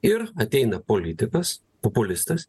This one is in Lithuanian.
ir ateina politikas populistas